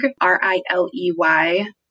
R-I-L-E-Y